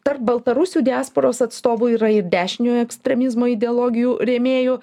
tarp baltarusių diasporos atstovų yra ir dešiniojo ekstremizmo ideologijų rėmėjų